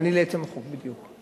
לעצם החוק, בדיוק.